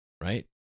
right